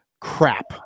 crap